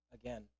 again